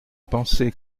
penser